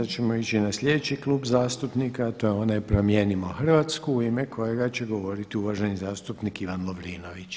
Sad ćemo ići na sljedeći klub zastupnika a to je onaj „Promijenimo Hrvatsku“ u ime kojega će govoriti uvaženi zastupnik Ivan Lovrinović.